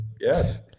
Yes